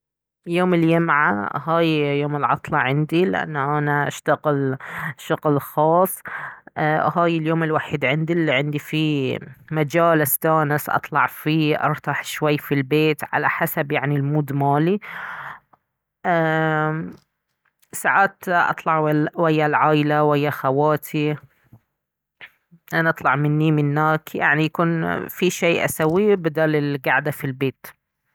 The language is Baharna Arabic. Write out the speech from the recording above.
يوم اليمعة هاي يوم العطلة عندي لأنه انا اشتغل شغل خاص ايه هاي اليوم الوحيد عندي الي عندي فيه مجال استانس اطلع فيه ارتاح شوي في البيت على حسب يعني المود مالي ايه ساعات اطلع ويا العايلة ويا خواتي انا اطلع مني مناك يعني يكون في شي اسويه بدال القعدة في البيت